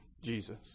Jesus